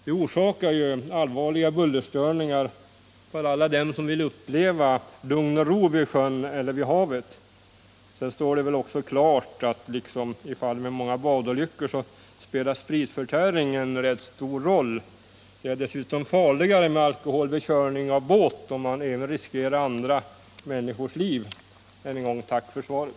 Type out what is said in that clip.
Den medför allvarliga bullerstörningar för alla dem som vill uppleva lugn och ro vid sjön eller havet. Det står också klart att spritförtäring spelar en rätt stor roll vid många badolyckor. Dessutom är det farligare med alkohol vid körning av motorbåt. Man kan riskera även andra människors liv. Än en gång tack för svaret.